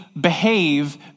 behave